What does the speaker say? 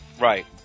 Right